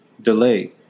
delay